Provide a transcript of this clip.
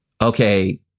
okay